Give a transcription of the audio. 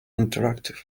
interactive